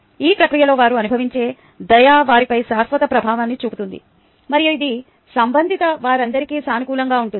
ఈ ప్రక్రియలో వారు అనుభవించే దయ వారిపై శాశ్వత ప్రభావాన్ని చూపుతుంది మరియు ఇది సంబంధిత వారందరికీ సానుకూలంగా ఉంటుంది